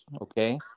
okay